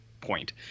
point